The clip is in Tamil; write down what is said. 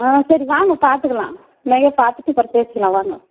ஆ சரி வாங்க பார்த்துக்கலாம் நகைய பார்த்துட்டு குறைச்சி எடுத்துக்கலாம் வாங்கோ